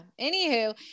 Anywho